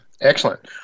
Excellent